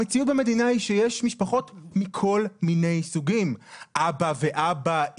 המציאות במדינה היא שיש משפחות מכל מיני סוגים: אבא ואבא,